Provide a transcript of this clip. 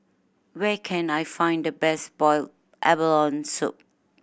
where can I find the best boiled abalone soup